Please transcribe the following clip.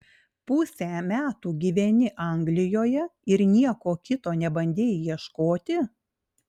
pusę metų gyveni anglijoje ir nieko kito nebandei ieškoti